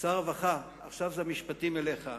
שר הרווחה, עכשיו המשפטים הם אליך,